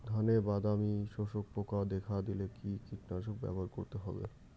ধানে বাদামি শোষক পোকা দেখা দিলে কি কীটনাশক ব্যবহার করতে হবে?